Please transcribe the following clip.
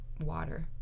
water